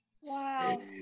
Wow